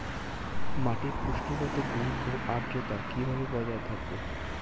মাটির পুষ্টিগত গুণ ও আদ্রতা কিভাবে বজায় থাকবে?